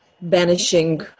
banishing